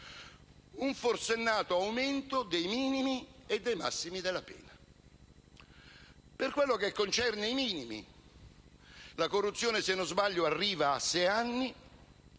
un forsennato aumento dei minimi e dei massimi della pena. Per quanto concerne i minimi (la corruzione, se non sbaglio, arriva a sei anni),